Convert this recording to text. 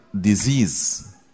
disease